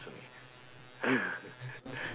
only